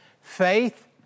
Faith